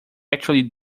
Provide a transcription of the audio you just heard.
actually